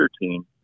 team